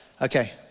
Okay